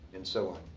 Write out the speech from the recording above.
and so on.